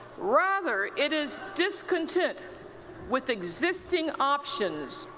rather, it is discontent with existing options,